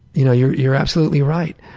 you know you're you're absolutely right.